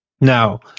Now